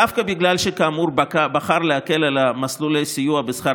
דווקא בגלל שכאמור בחר להקל על מסלולי סיוע בשכר